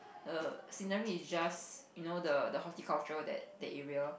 the scenery is just you know the the horticulture that the area